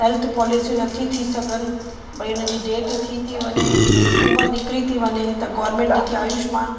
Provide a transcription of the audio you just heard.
health पोलिसियूं नथियूं थी सघनि भई उन्हनि जी डेट थी थी वञे भई उमिरि निकिरी थी वञे त गोर्मेंट जेकी आयुष्मान